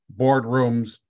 boardrooms